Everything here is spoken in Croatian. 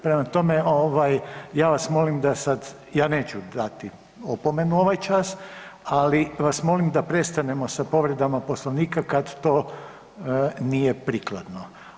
Prema tome ovaj ja vas molim da sad, ja neću dati opomenu ovaj čas, ali vas molim da prestanemo sa povredama Poslovnika kad to nije prikladno.